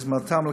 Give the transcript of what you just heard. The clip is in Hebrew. ביוזמתם,